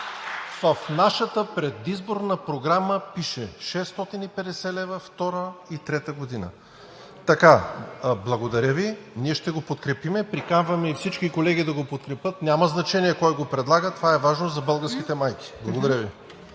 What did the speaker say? В нашата предизборна програма пише: „650 лв. втора и трета година“. Ние ще го подкрепим. Приканваме и всички колеги да го подкрепят. Няма значение кой го предлага. Това е важно за българските майки. Благодаря Ви.